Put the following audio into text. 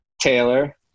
Taylor